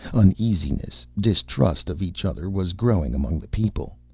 uneasiness, distrust of each other was growing among the people.